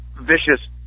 vicious